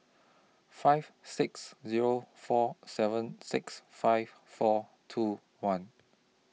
five six Zero four seven six five four two one